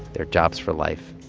they're jobs for life.